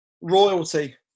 royalty